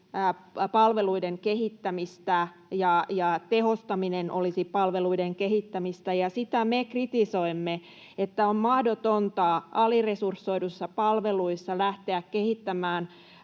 palveluiden kehittämistä ja tehostaminen olisi palveluiden kehittämistä. Ja sitä me kritisoimme, että on mahdotonta aliresursoiduissa palveluissa lähteä kehittämään